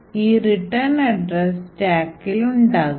ഈ return address stackൽ ഉണ്ടാകും